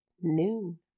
noon